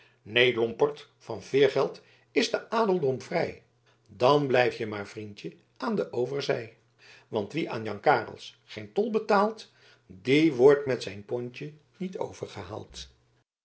neen lomperd van veergeld is de adeldom vrij dan blijf je maar vriendje aan de overzij want wie aan jan carels geen tol betaalt die wordt met zijn pontje